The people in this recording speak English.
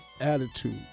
attitude